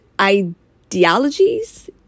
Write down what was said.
ideologies